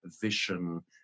vision